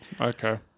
Okay